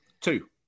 Two